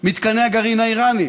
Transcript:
מתקני הגרעין האיראניים,